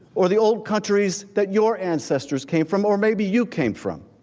or the old countries that your ancestors came from, or maybe you came from.